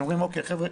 שאומרים: אוקי חבר'ה,